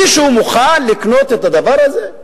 מישהו מוכן לקנות את הדבר הזה?